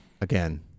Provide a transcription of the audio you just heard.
Again